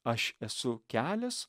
aš esu kelias